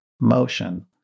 motion